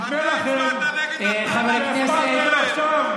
חבר הכנסת אמסלם.